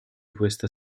questa